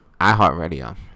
iHeartRadio